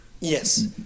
Yes